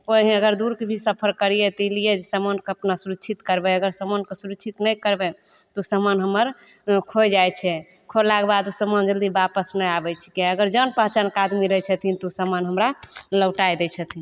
कहीँ अगर दूरके भी सफर करिए तऽ ई लिए समानके अपना सुरक्षित करबै अगर समानके सुरक्षित नहि करबै तऽ ओ समान हम्मर खोइ जाइ छै खोलाके बाद समान जल्दी वापस नहि आबै छिकै अगर जान पहचानके आदमी रहै छथिन तऽ ओ समान हमरा लौटा दै छथिन